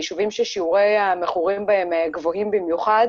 ליישובים ששיעורי המכורים בהם גבוהים במיוחד.